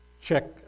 check